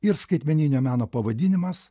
ir skaitmeninio meno pavadinimas